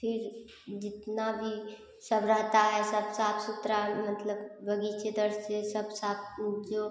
फिर जितना भी सब रहता है सब साफ़ सुथरा मतलब बगीचे दर से सब साफ ऊफ जो